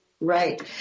Right